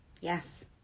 Yes